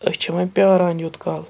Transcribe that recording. أسۍ چھِ وۄنۍ پیٛاران یُت کال